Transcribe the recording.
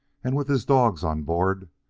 and, with his dogs on board,